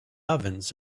ovens